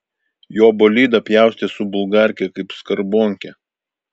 jo bolidą pjaustė su bulgarke kaip skarbonkę